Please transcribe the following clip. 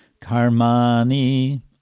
Karmani